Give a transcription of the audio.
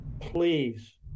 please